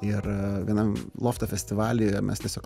ir vienam lofto festivalyje mes tiesiog